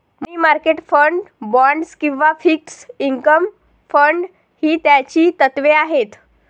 मनी market fund, bonds किंवा fixed income fund ही त्याची तत्त्वे आहेत